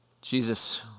Jesus